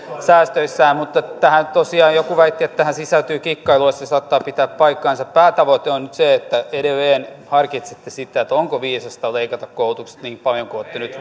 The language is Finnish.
säästöissään mutta tosiaan joku väitti että tähän sisältyy kikkailua se saattaa pitää paikkansa päätavoite on nyt se että edelleen harkitsette sitä onko viisasta leikata koulutuksesta niin paljon kuin olette nyt